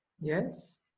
Yes